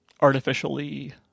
artificially